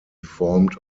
formed